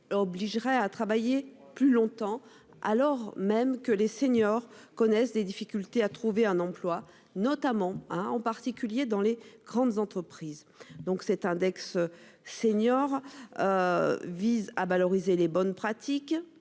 obligerait à travailler plus longtemps alors même que les seniors connaissent des difficultés à trouver un emploi, notamment à en particulier dans les grandes entreprises donc cet index seniors. Vise à valoriser les bonnes pratiques.